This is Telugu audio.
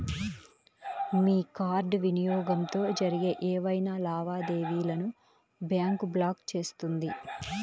మీ కార్డ్ వినియోగంతో జరిగే ఏవైనా లావాదేవీలను బ్యాంక్ బ్లాక్ చేస్తుంది